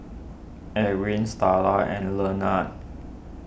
Ewing Starla and Lenard